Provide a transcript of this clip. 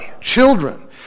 children